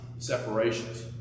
separations